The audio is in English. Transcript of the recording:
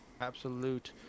absolute